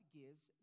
gives